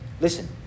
Listen